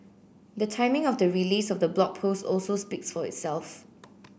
the timing of the release of the Blog Post also speaks for itself